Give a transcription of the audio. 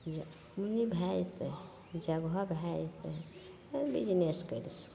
यऽ कि भए जएतै जगह भए जएतै कोइ बिजनेस करतै